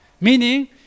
Meaning